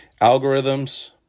Algorithms